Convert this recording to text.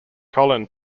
colin